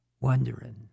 Wondering